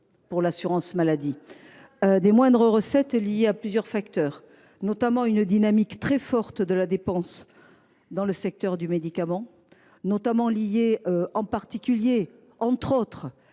pour l’assurance maladie. Ces moindres recettes sont liées à plusieurs facteurs, notamment à une dynamique très forte de la dépense dans le secteur du médicament, en particulier en raison